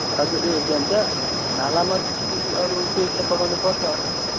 हजुर ए के भन्छ नाला मात्रै कि अरू केही सफा गर्नु पर्छ अरूहरू